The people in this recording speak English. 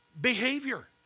behavior